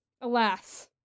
Alas